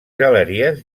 galeries